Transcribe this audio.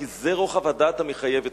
כי זה רוחב הדעת המחייב אתכם.